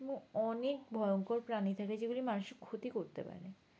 অনেক ভয়ঙ্কর প্রাণী থাকে যেগুলি মানুষের ক্ষতি করতে পারে